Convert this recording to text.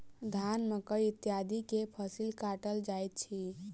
धान, मकई इत्यादि के फसिल काटल जाइत अछि